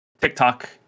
TikTok